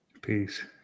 Peace